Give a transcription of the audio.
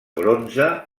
bronze